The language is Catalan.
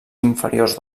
inferiors